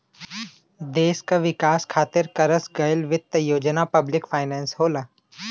देश क विकास खातिर करस गयल वित्त योजना पब्लिक फाइनेंस होला